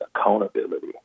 accountability